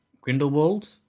Grindelwald